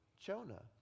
Jonah